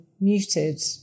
muted